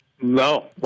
No